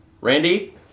Randy